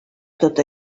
tot